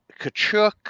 Kachuk